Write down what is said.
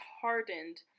hardened